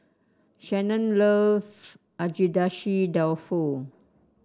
Shanon love Agedashi Dofu